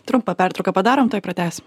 trumpą pertrauką padarom tuoj pratęsim